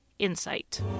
Insight